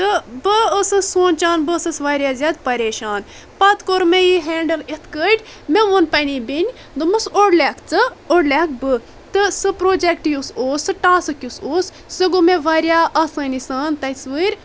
تہٕ بہٕ ٲسٕس سونٛچان بہٕ ٲسٕس واریاہ زیادٕ پریشان پتہِ کوٚر مےٚ یہِ ہیٚنڑل یِتھ کاٹھۍ مےٚ وُن پننہِ بیٚنہِ دوٚپمس اوٚڑ لیٚکھ ژٕ اوٚڑ لیٚکھہٕ بہٕ تہٕ سُہ پروجکٹ یُس اوس سُہ ٹاسک یُس اوس سُہ گوٚو مےٚ واریاہ آسانۍ سان